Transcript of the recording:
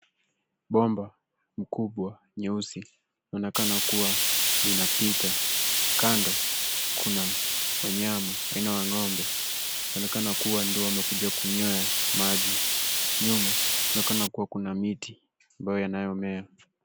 Bomba mkubwa nyeusi inaonekana kuwa linapita. Kando kuna wanyama aina ya ng'ombe. Inaonekana kuwa ndio wamekuja kunywea maji. Nyuma kunaonekana kuwa na miti ambayo yanayomea.